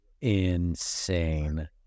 insane